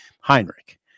Heinrich